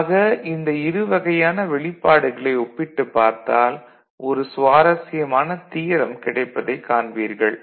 ஆக இந்த இரு வகையான வெளிப்பாடுகளை ஒப்பிட்டுப் பார்த்தால் ஒரு சுவாரஸ்யமான தியரம் கிடைப்பதைக் காண்பீர்கள்